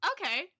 Okay